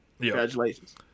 Congratulations